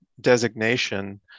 designation